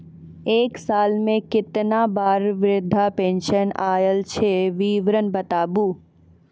एक साल मे केतना बार वृद्धा पेंशन आयल छै विवरन बताबू?